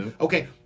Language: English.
okay